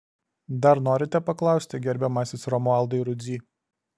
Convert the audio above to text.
dar norite paklausti gerbiamasis romualdai rudzy